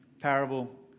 parable